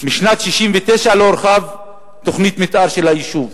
משנת 1969 לא הורחבה תוכנית המיתאר של היישוב.